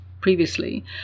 previously